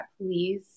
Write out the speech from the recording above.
please